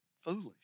foolish